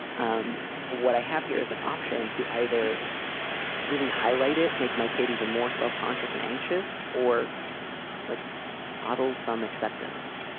um what i have here is an option to either really highlight it, make my kid even more self-conscious and anxious or like models, some acceptance.